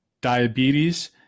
diabetes